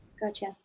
Gotcha